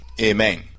Amen